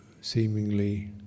seemingly